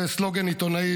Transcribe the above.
זה סלוגן עיתונאי.